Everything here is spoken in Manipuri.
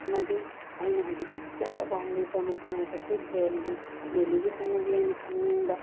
ꯑꯃꯗꯤ ꯑꯩꯅ ꯍꯧꯖꯤꯛ ꯆꯠꯄ ꯄꯥꯝꯂꯤꯕ ꯃꯐꯝ ꯍꯥꯏꯕꯁꯦ ꯗꯦꯜꯍꯤ ꯗꯦꯜꯍꯤꯒꯤ ꯆꯠꯅꯕꯤ ꯑꯩꯅ ꯈꯪꯅꯤꯡꯕ